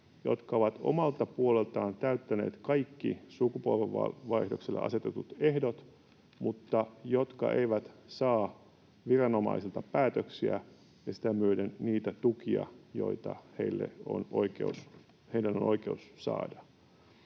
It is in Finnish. jotka ovat omalta puoleltaan täyttäneet kaikki sukupolvenvaihdokselle asetetut ehdot, mutta jotka eivät saa viranomaisilta päätöksiä ja sitä myöden niitä tukia, joita heidän on oikeus saada.